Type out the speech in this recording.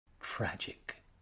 tragic